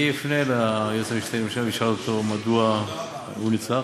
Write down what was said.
אני אפנה ליועץ המשפטי לממשלה ואני אשאל אותו מדוע הוא נצרך.